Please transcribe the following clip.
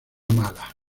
mala